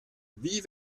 wie